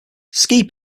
ski